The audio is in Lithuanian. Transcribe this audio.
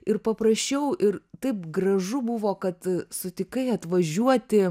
ir paprašiau ir taip gražu buvo kad sutikai atvažiuoti